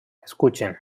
escuchen